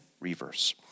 reverse